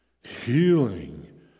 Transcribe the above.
Healing